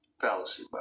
fallacy